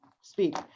speak